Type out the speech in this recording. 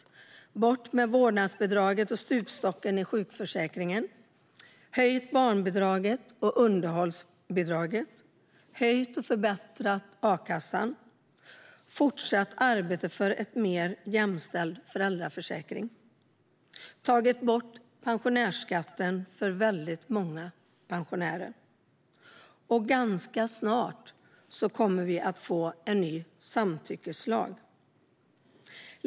Vi har tagit bort vårdnadsbidraget och stupstocken i sjukförsäkringen, höjt barnbidraget och underhållsbidraget, höjt och förbättrat A-kassan, fortsatt arbetet för en mer jämställd föräldraförsäkring och tagit bort pensionärsskatten för väldigt många pensionärer. Ganska snart kommer vi också att få en ny samtyckeslag.